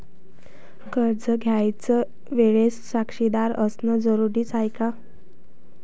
कर्ज घ्यायच्या वेळेले साक्षीदार असनं जरुरीच हाय का?